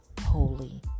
holy